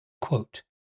quote